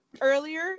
earlier